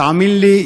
תאמינו לי,